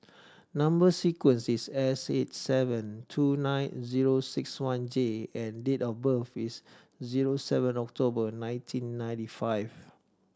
number sequence is S eight seven two nine zero six one J and date of birth is zero seven October nineteen ninety five